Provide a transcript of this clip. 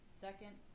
Second